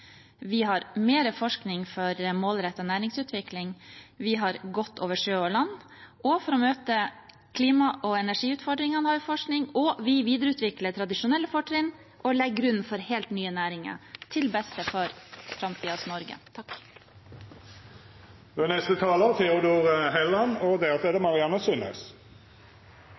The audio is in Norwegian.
Vi har mer forskning for målrettet næringsutvikling. Vi har gått over sjø og land, vi har forskning for å møte klima- og energiutfordringene, og vi videreutvikler tradisjonelle fortrinn og legger grunnen for helt nye næringer – til beste for framtidens Norge.